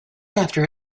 after